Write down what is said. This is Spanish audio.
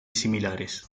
similares